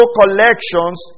collections